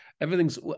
Everything's